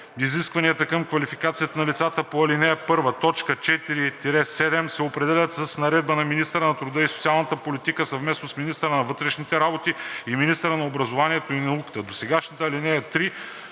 изискванията към квалификацията на лицата по ал. 1, т. 4 – 7 се определят с наредба на министъра на труда и социалната политика съвместно с министъра на вътрешните работи и министъра на образованието и науката.“